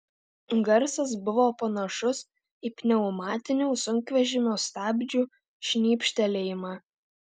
garsas buvo panašus į pneumatinių sunkvežimio stabdžių šnypštelėjimą